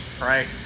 right